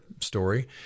story